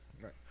Right